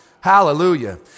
hallelujah